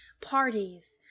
parties